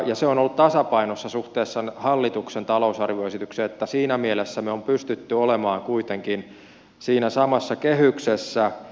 se on ollut tasapainossa suhteessa hallituksen talousarvioesitykseen niin että siinä mielessä me olemme pystyneet olemaan kuitenkin siinä samassa kehyksessä